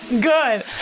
good